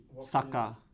Saka